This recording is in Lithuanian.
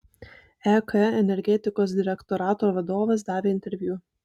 ek energetikos direktorato vadovas davė interviu